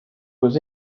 was